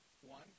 One